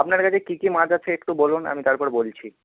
আপনার কাছে কি কি মাছ আছে একটু বলুন আমি তারপরে বলছি